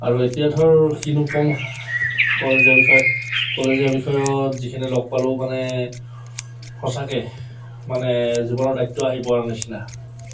আৰু এতিয়া ধৰক কিনো ক'ম কলেজীয়া বিষয়ে কলেজীয়া বিষয়ত যিখিনি লগ পালোঁ মানে সঁচাকে মানে জীৱনৰ দায়িত্ব আহি পোৱাৰ নিচিনা